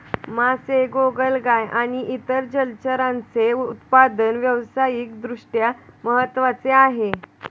मासे, गोगलगाय आणि इतर जलचरांचे उत्पादन व्यावसायिक दृष्ट्या महत्त्वाचे आहे